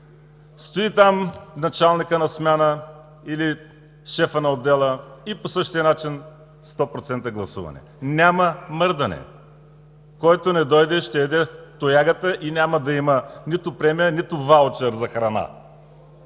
Стои там началникът на смяна или шефът на отдела и по същия начин – сто процента гласуване. Няма мърдане! Който не дойде, ще яде тоягата и няма да има нито премия, нито ваучери за храна.